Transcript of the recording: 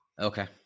Okay